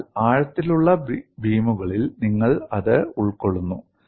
അതിനാൽ ആഴത്തിലുള്ള ബീമുകളിൽ നിങ്ങൾ അത് ഉൾക്കൊള്ളുന്നു